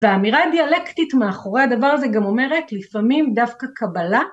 והאמירה הדיאלקטית מאחורי הדבר הזה גם אומרת לפעמים דווקא קבלה.